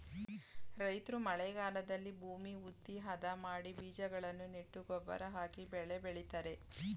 ರೈತ್ರು ಮಳೆಗಾಲದಲ್ಲಿ ಭೂಮಿ ಹುತ್ತಿ, ಅದ ಮಾಡಿ ಬೀಜಗಳನ್ನು ನೆಟ್ಟು ಗೊಬ್ಬರ ಹಾಕಿ ಬೆಳೆ ಬೆಳಿತರೆ